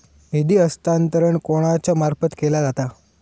निधी हस्तांतरण कोणाच्या मार्फत केला जाता?